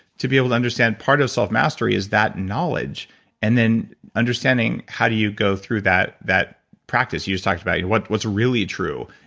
to be able to understand part of self mastery is that knowledge and then understanding how do you go through that that practice you just talked about. what's what's really true?